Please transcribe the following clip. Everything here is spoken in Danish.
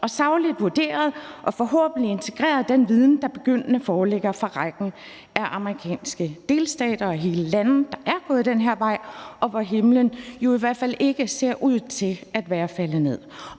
sagligt vurderet og forhåbentlig integreret den viden, der begyndende foreligger fra rækken af amerikanske delstater og hele lande, der er gået den her vej, og hvor himlen jo i hvert fald ikke ser ud til at være faldet ned.